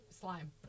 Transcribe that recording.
Slime